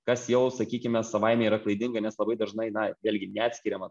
kas jau sakykime savaime yra klaidinga nes labai dažnai na vėlgi neatskiriama